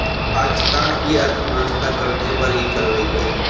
पाकिस्तान की अर्थव्यवस्था कर्ज़े पर ही चल रही है